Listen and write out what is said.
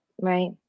Right